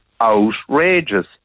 outrageous